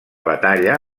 batalla